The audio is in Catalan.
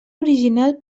original